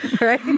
Right